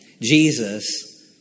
Jesus